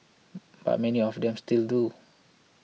but many of them still do